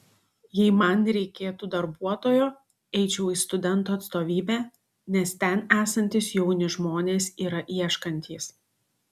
jei man reikėtų darbuotojo eičiau į studentų atstovybę nes ten esantys jauni žmonės yra ieškantys